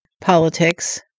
politics